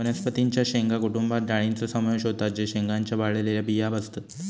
वनस्पतीं च्या शेंगा कुटुंबात डाळींचो समावेश होता जे शेंगांच्या वाळलेल्या बिया असतत